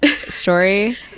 story